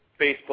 Facebook